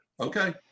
okay